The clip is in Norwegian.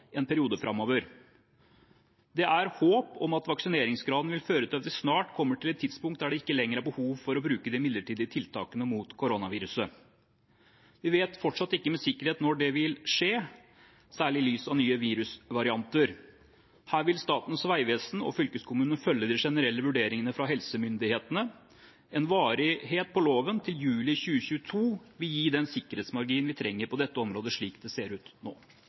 en periode framover. Det er håp om at vaksineringsgraden vil føre til at vi snart kommer til et tidspunkt der det ikke lenger er behov for å bruke de midlertidige tiltakene mot koronaviruset. Vi vet fortsatt ikke med sikkerhet når det vil skje, særlig i lys av nye virusvarianter. Her vil Statens vegvesen og fylkeskommunene følge de generelle vurderingene fra helsemyndighetene. En varighet på loven til juli 2022 vil gi den sikkerhetsmarginen vi trenger på dette området, slik det ser ut nå.